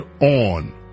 on